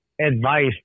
advice